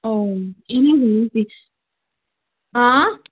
ہاں